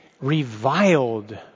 reviled